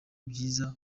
byiza